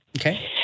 Okay